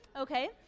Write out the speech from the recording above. okay